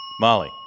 Molly